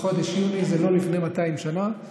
וחודש יוני זה לא לפני 200 שנה,